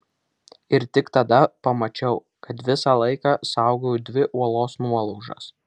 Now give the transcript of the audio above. ir tik tada pamačiau kad visą laiką saugojau dvi uolos nuolaužas